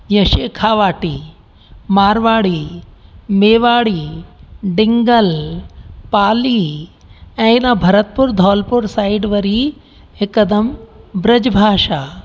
जीअं शेखावाटी मारवाड़ी मेवाड़ी डिंगल पाली ऐं हिन भरतपुर दौलपुर साइड वरी हिकदमि ब्रज भाषा